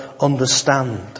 understand